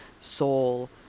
soul